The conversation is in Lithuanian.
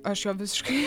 aš jo visiškai